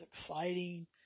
exciting